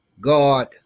God